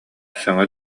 саҥа